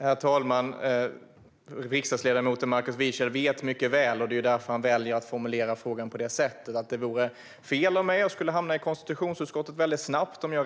Herr talman! Riksdagsledamot Markus Wiechel vet mycket väl att det vore fel av mig att